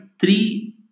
three